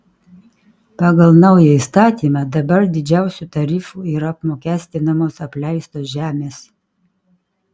pagal naują įstatymą dabar didžiausiu tarifu yra apmokestinamos apleistos žemės